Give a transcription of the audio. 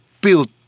build